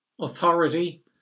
authority